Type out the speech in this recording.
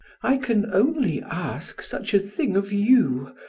i can only ask such a thing of you,